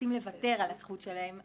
נאלצים לוותר על הזכות שלהם,